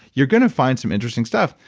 you're going to find some interesting stuff.